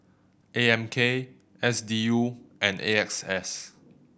A M K S D U and A X S